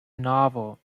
novel